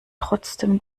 trotzdem